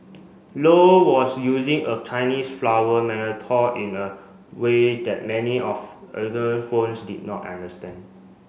low was using a Chinese flower in a way that many of did not understand